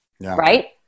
right